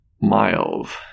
Miles